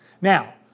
Now